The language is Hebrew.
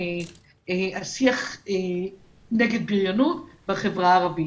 והשיח נגד בריונות בחברה הערבית.